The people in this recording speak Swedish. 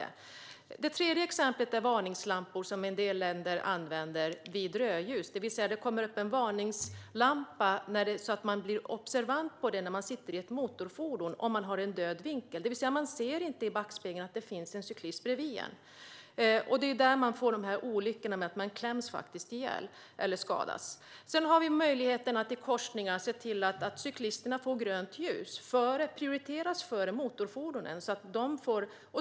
Ett tredje exempel är varningslampor, som en del länder använder vid rödljus. Det kommer upp en varningslampa så att den som sitter i ett motorfordon blir observant på att man har en cyklist bredvid sig, även om man har en död vinkel och alltså inte ser om man har någon bredvid sig. Det är situationer med död vinkel som kan leda till olyckor där cyklisten kläms ihjäl eller skadas. Sedan har vi möjligheten att se till att cyklisterna får grönt ljus först i korsningar och prioriteras före motorfordonen.